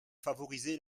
favoriser